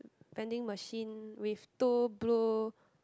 vending machine with two blue